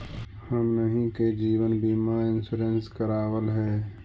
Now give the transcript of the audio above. हमनहि के जिवन बिमा इंश्योरेंस करावल है?